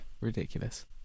Ridiculous